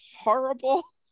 horrible